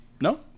No